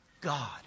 God